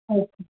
okay